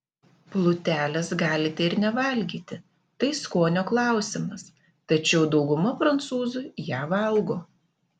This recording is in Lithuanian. plutelės galite ir nevalgyti tai skonio klausimas tačiau dauguma prancūzų ją valgo